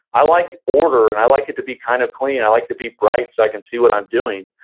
i like order and i like it to be kind of clean, i like it to be bright so i can see what i'm doing.